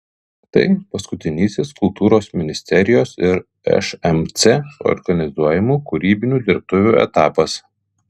tai paskutinysis kultūros ministerijos ir šmc organizuojamų kūrybinių dirbtuvių etapas